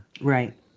Right